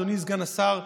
אדוני סגן השר,